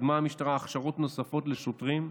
קידמה המשטרה הכשרות נוספות לשוטרים,